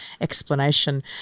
explanation